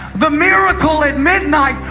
the miracle at midnight.